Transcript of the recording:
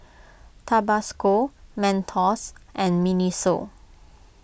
Tabasco Mentos and Miniso